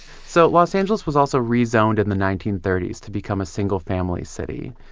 so los angeles was also rezoned in the nineteen thirty s to become a single-family city.